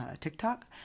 TikTok